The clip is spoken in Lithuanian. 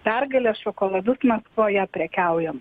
pergalės šokoladus maskvoje prekiaujam